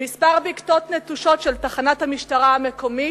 מכמה בקתות נטושות של תחנת המשטרה המקומית,